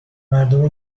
مردم